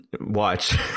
Watch